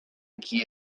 qui